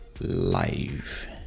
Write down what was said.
live